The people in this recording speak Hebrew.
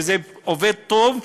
וזה עובד טוב,